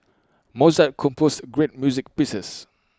Mozart composed great music pieces